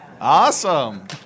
Awesome